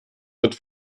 wird